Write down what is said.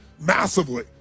massively